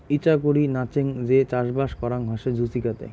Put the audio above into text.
ইচাকুরি নাচেঙ যে চাষবাস করাং হসে জুচিকাতে